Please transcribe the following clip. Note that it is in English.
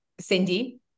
Cindy